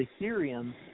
ethereum